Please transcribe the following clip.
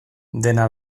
dena